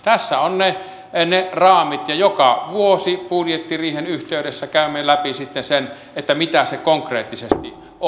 tässä ovat ne raamit ja joka vuosi budjettiriihen yhteydessä käymme sitten läpi sen mitä se konkreettisesti on